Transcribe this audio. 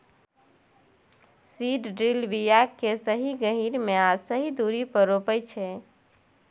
seed drill बीया केँ सही गहीर मे आ सही दुरी पर रोपय छै